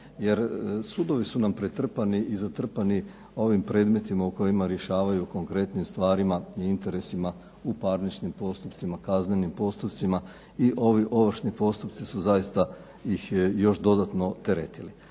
jer sudovi su nam pretrpani i zatrpani ovim predmetima u kojima rješavaju o konkretnim stvarima i interesima u parničnim postupcima, kaznenim postupcima i ovi ovršni postupci su zaista ih još dodatno teretili.